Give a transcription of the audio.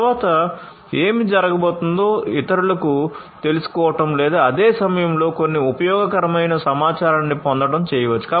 తరువాత ఏమి జరగబోతోందో ఇతరులకు తెలుసుకోవడం లేదా అదే సమయంలో కొన్ని ఉపయోగకరమైన సమాచారాన్ని పొందడం చేయవచ్చు